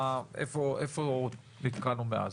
איפה נתקענו מאז?